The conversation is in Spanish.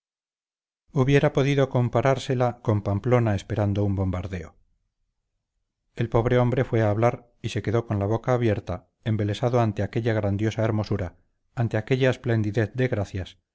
hubiera podido comparársela con pamplona esperando un bombardeo el pobre hombre fue a hablar y se quedó con la boca abierta embelesado ante aquella grandiosa hermosura ante aquella esplendidez de gracias